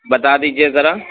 بتا دیجیے ذرا